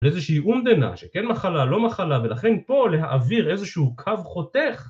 לאיזושהי אומדנה שכן מחלה לא מחלה ולכן פה להעביר איזשהו קו חותך